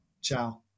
Ciao